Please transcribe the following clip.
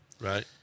Right